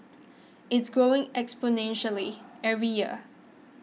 it's growing exponentially every year